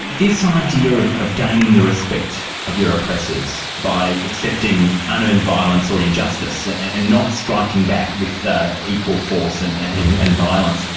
this idea of of gaining the respect of your oppressors by accepting unearned violence or injustice and and and not striking back with equal force and and and violence,